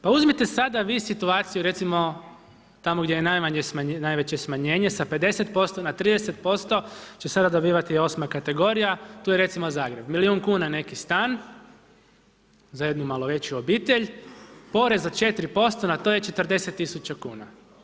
Pa uzmite sada vi situaciju, recimo tamo gdje je najveće smanjenje sa 50% na 30% će sada dobivati 8.-ma kategorija, tu je recimo Zagreb, milijun kuna neki stan za jednu malo veću obitelj, porez za 4% a to je 40 tisuća kuna.